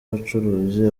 abacuruzi